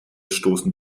stoßen